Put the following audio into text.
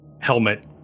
helmet